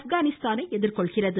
ப்கானிஸ்தானை எதிர்கொள்கிறது